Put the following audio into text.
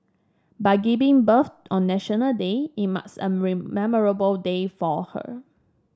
by giving birth on National Day it marks a memorable day for her